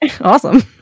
Awesome